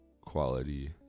Quality